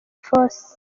force